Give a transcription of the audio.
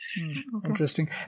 Interesting